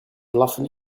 blaffen